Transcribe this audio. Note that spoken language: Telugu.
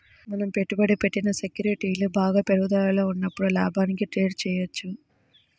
మనం పెట్టుబడి పెట్టిన సెక్యూరిటీలు బాగా పెరుగుదలలో ఉన్నప్పుడు లాభానికి ట్రేడ్ చేయవచ్చు